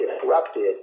disrupted